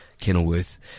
Kenilworth